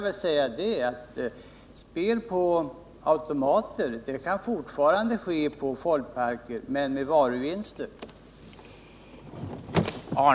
Däremot kan spel på automater fortfarande ske i folkparkerna, men med varuvinster.